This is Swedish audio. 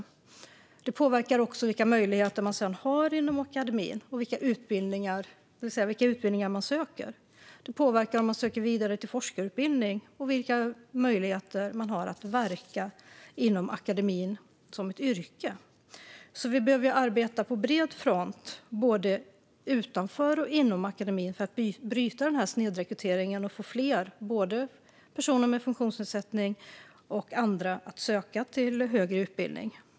Detta påverkar vilka möjligheter man har inom akademin och vilka utbildningar man söker. Det påverkar i fråga om man söker vidare till forskarutbildning, och det påverkar vilka möjligheter man har att verka inom akademin i ett yrke. Vi behöver arbeta på bred front utanför och inom akademin för att bryta snedrekryteringen och få fler - både personer med funktionsnedsättning och andra - att söka till högre utbildning.